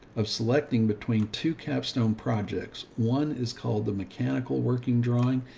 of selecting, between two capstone projects. one is called the mechanical working drawing,